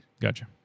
Gotcha